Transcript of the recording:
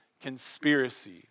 conspiracy